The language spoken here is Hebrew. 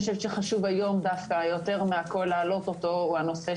חושבת שחשוב היום דווקא יותר מהכל להעלות אותו הוא הנושא